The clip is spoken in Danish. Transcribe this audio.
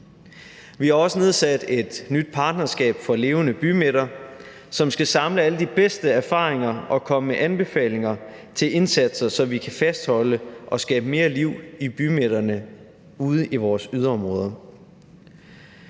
Vi har også nedsat et nyt partnerskab for levende bymidter, som skal samle alle de bedste erfaringer og komme med anbefalinger til indsatser, så vi kan fastholde og skabe mere liv i bymidterne ude i vores yderområder.